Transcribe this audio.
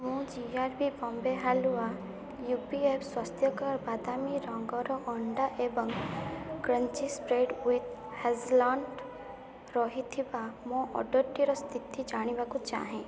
ମୁଁ G R B Bombay halwa U P F ସ୍ୱାସ୍ଥ୍ୟକର ବାଦାମୀ ରଙ୍ଗର ଅଣ୍ଡା ଏବଂ crunchy spread with hazel nut ରହିଥିବା ମୋ ଅର୍ଡ଼ର୍ଟିର ସ୍ଥିତି ଜାଣିବାକୁ ଚାହେଁ